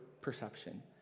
perception